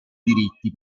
diritti